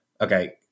okay